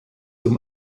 zum